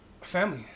family